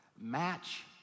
match